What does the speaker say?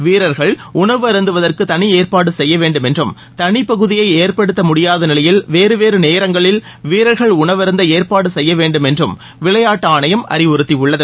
வீரர்கள் உணவு அருந்துவதற்கு தனி ஏற்பாடு செய்ய வேண்டும் என்றும் தனி பகுதியை ஏற்படுத்த முடியாத நிலையில் வேறு வேறு நேரங்களில் வீரர்கள் உணவு அருந்த ஏற்பாடு செய்ய வேண்டும் என்று விளையாட்டு ஆணையம் அறிவுறுத்தியுள்ளது